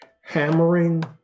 hammering